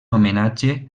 homenatge